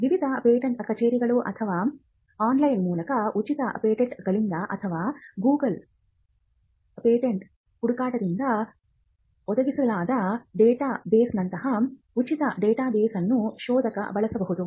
ವಿವಿಧ ಪೇಟೆಂಟ್ ಕಚೇರಿಗಳು ಅಥವಾ ಆನ್ಲೈನ್ ಮೂಲಕ ಉಚಿತ ಪೇಟೆಂಟ್ಗಳಿಂದ ಅಥವಾ ಗೂಗಲ್ ಗೂಗಲ್ಸ್ ಪೇಟೆಂಟ್ ಹುಡುಕಾಟದಿಂದ ಒದಗಿಸಲಾದ ಡೇಟಾಬೇಸ್ನಂತಹ ಉಚಿತ ಡೇಟಾಬೇಸ್ ಅನ್ನು ಶೋಧಕ ಬಳಸಬಹುದು